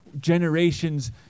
generations